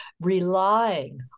relying